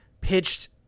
pitched